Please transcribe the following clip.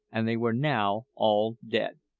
and they were now all dead.